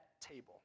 table